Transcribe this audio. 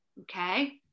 Okay